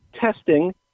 testing